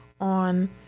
on